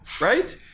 right